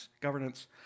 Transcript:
governance